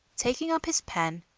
taking up his pen,